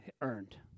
earned